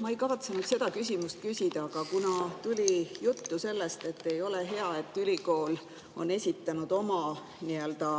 Ma ei kavatsenud seda küsimust küsida, aga kuna tuli juttu sellest, et ei ole hea, et ülikool on esitanud oma nii-öelda